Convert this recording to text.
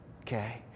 okay